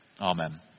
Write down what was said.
Amen